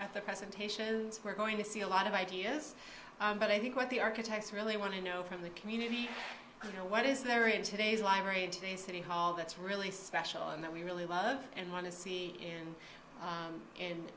the presentations we're going to see a lot of ideas but i think what the architects really want to know from the community you know what is there in today's library in today's city hall that's really special and that we really love and want to see in